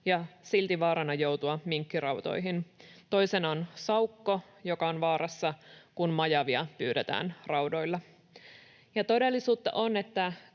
ja silti vaarassa joutua minkkirautoihin. Toisena on saukko, joka on vaarassa, kun majavia pyydetään raudoilla. Ja todellisuutta on, että